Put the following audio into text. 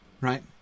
Right